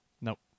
Nope